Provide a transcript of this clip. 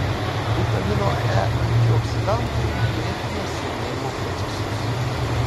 vitamino e antioksidantai lėtina senėjimo procesus